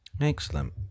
Excellent